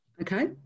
Okay